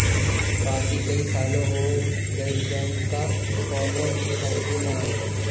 बाकी कई साल हो गईल बैंक कअ कवनो भर्ती ना आईल